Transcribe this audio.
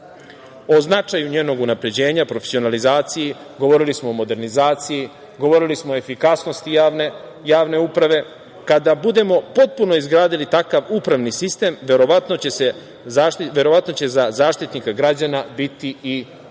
o značaju njenog unapređenja, profesionalizaciji, govorili smo o modernizaciji, govorili smo o efikasnosti javne uprave. Kada budemo potpuno izgradili takav upravni sistem, verovatno će za Zaštitnika građana biti i samim